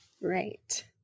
Right